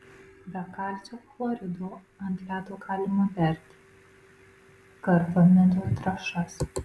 be kalcio chlorido ant ledo galima berti karbamido trąšas